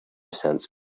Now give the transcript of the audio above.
sense